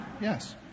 Yes